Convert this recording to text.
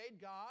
God